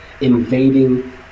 Invading